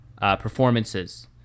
performances